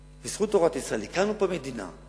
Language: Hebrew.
בזכות תורת ישראל הקמנו פה מדינה,